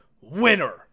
winner